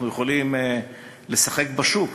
אנחנו יכולים לשחק בשוק,